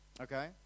Okay